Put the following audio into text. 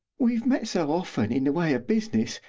we've met so often, in the way of business,